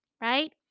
right